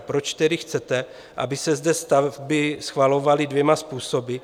Proč tedy chcete, aby se zde stavby schvalovaly dvěma způsoby?